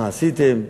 מה עשיתם?